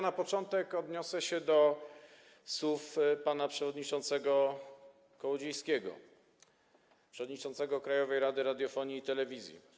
Na początek odniosę się do słów pana przewodniczącego Kołodziejskiego, przewodniczącego Krajowej Rady Radiofonii i Telewizji.